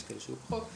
יש כאלה שפחות,